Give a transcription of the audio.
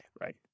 right